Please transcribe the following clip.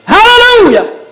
Hallelujah